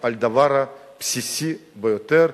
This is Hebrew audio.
על דבר בסיסי ביותר.